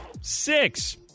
Six